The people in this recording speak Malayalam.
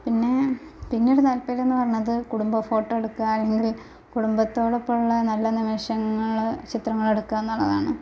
പിന്നെ പിന്നെ ഒരു താൽപര്യം എന്ന് പറഞ്ഞത് കുടുംബ ഫോട്ടോ എടുക്കുക അല്ലെങ്കിൽ കുടുംബത്തോടൊപ്പം ഉള്ള നല്ല നിമിഷങ്ങൾ ചിത്രങ്ങൾ എടുക്കുക എന്നുള്ളതാണ്